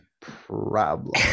problem